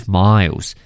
miles